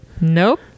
Nope